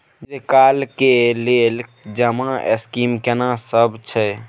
दीर्घ काल के लेल जमा स्कीम केना सब छै?